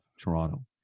Toronto